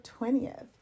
20th